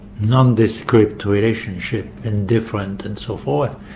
nondescript relationship, indifferent and so forth,